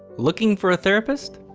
looking for a therapist?